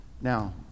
Now